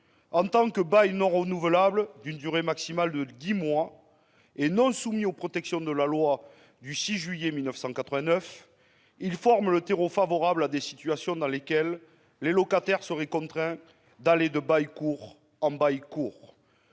En tant que bail non renouvelable d'une durée maximale de dix mois et non soumis aux protections de la loi du 6 juillet 1989, il forme le terreau favorable à des situations dans lesquelles les locataires seraient contraints d'aller de bail court en bail court.